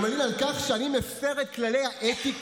הוא מלין על כך שאני מפר את כללי האתיקה